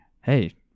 hey